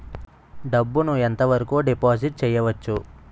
డబ్బు ను ఎంత వరకు డిపాజిట్ చేయవచ్చు?